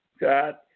God